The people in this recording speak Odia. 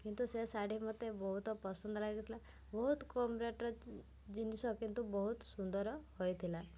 କିନ୍ତୁ ସେ ଶାଢ଼ୀ ମୋତେ ବହୁତ ପସନ୍ଦ ଲାଗିଥିଲା ବହୁତ କମ୍ ରେଟ୍ରେ ଜିନିଷ କିନ୍ତୁ ବହୁତ ସୁନ୍ଦର ହୋଇଥିଲା